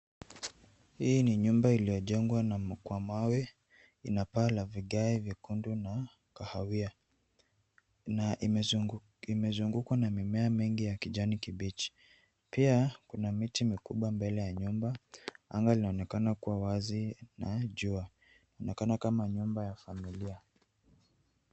Hii nyumba iliojengwa kwa mawe, ina paa la vigae vyekundu na kahawia, imezungukwa na mimea mengi ya kijani kibichi pia kuna miti mikubwa mbele ya nyumba angaa linaonekana kuwa wazi na jua, linaonekana kama nyumba ya familia.